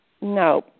No